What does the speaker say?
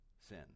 sin